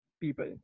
people